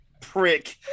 prick